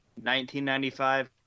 1995